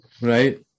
Right